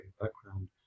background